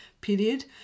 period